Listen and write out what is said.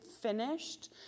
finished